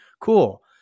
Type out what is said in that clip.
Cool